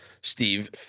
Steve